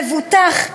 המבוטח,